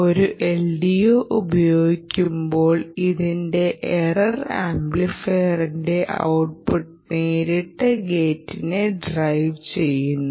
ഒരു LDO ഉപയോഗിക്കുമ്പോൾ അതിന്റെ ഇറർ ആംപ്ലിഫയറിന്റെ ഔട്ട്പുട്ട് നേരിട്ട് ഗേറ്റിനെ ഡ്രൈവ് ചെയ്യുന്നു